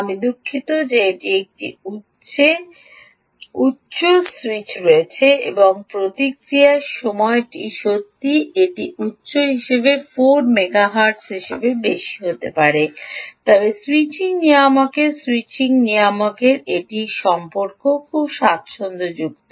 আমি দুঃখিত যে এটি একটি উচ্চে স্যুইচ করছে এবং প্রতিক্রিয়ার সময়টি সত্যই এটি উচ্চ হিসাবে 4 মেগা হার্টজ হিসাবে বেশি হতে পারে তবে স্যুইচিং নিয়ামকটির স্যুইচিং নিয়ামক এটি সম্পর্কে কী খুব স্বাচ্ছন্দ্যযুক্ত